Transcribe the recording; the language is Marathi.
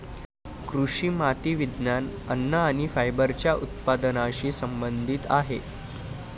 कृषी माती विज्ञान, अन्न आणि फायबरच्या उत्पादनाशी संबंधित आहेत